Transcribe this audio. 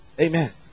Amen